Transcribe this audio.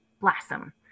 blossom